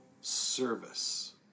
service